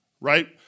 right